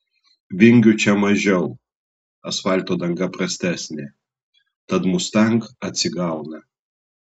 vingių čia mažiau asfalto danga prastesnė tad mustang atsigauna